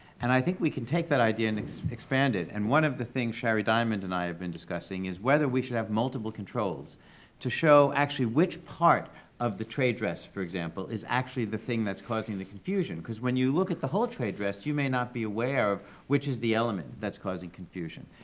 and i think we can take that idea and expand it and one of the things shari diamond and i have been discussing is whether we should have multiple controls to show, actually, which part of the trade dress, for example, is actually the thing that's causing the confusion. cause when you look at the whole trade dress, you may not be aware of which is the element that's causing confusion.